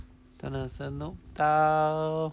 真的是 note 到